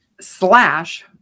slash